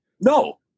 No